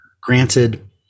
granted